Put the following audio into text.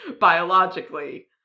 biologically